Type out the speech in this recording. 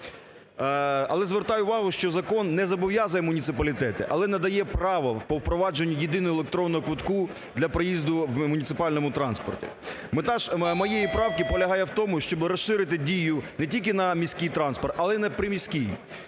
Але звертаю увагу, що закон не зобов'язує муніципалітети, але надає право по впровадженню єдиного електронного квитку для проїзду в муніципальному транспорті. Мета ж моєї правки полягає в тому, щоб розширити дію не тільки на міський транспорт, але і на приміський.